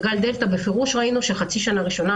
בגל הדלתא ראינו בפירוש שבחצי השנה הראשונה